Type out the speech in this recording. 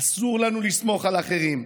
אסור לנו לסמוך על אחרים,